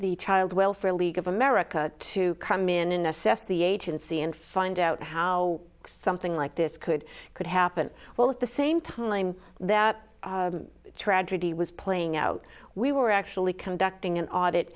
the child welfare league of america to come in and assess the agency and find out how something like this could could happen while at the same time that tragedy was playing out we were actually conducting an audit